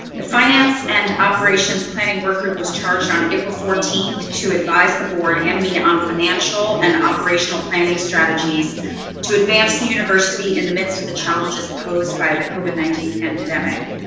the finance and operations planning work group was charged on april fourteenth to advise the board and me on financial and operational planning strategies to advance the university in the midst of the challenges posed by the covid nineteen pandemic.